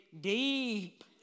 deep